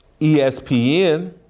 ESPN